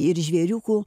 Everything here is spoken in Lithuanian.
ir žvėriukų